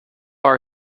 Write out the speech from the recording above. our